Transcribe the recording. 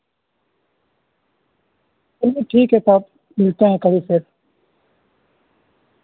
چلیے ٹھیک ہے تب ملتے ہیں کبھی پھر